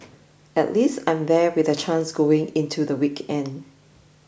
at least I'm there with a chance going into the weekend